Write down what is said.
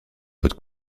votre